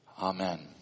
Amen